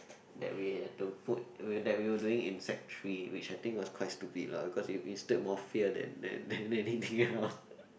that we have to put we'll that we were doing in sec three which I think was quite stupid lah cause it instilled more fear than than than anything else